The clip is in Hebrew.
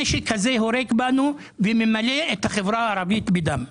הורג בנו וממלא את החברה הערבית בדם.